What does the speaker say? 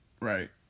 right